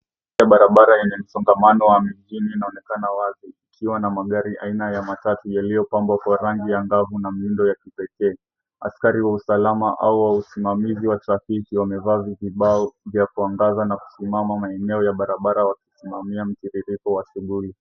Barabara yenye msongamano wa mjini inaoenekana wazi. Ikiwa na magari aina ya matatu yaliyopambwa kwa rangi angavu na miundo ya kipekee. Askari wa usalama au wa usimamizi wa trafiki wamevaa vizibao vya kuangaza na kusimama maeneo ya barabara wakisimamia mtiririko wa asubuhi.